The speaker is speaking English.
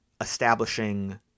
establishing